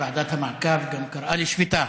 כאשר ועדת המעקב גם קראה לשביתה,